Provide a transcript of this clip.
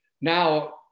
Now